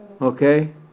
Okay